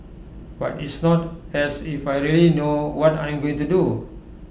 but it's not as if I really know what I'm going to do